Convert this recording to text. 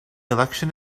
election